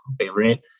favorite